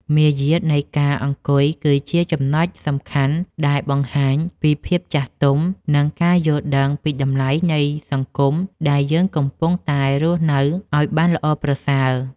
មារយាទនៃការអង្គុយគឺជាចំណុចសំខាន់ដែលបង្ហាញពីភាពចាស់ទុំ និង ការយល់ដឹងពីតម្លៃនៃសង្គមដែលយើងកំពុងតែរស់នៅឱ្យបានល្អប្រសើរ។